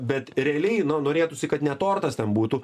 bet realiai na norėtųsi kad ne tortas ten būtų